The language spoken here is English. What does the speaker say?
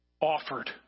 offered